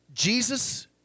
Jesus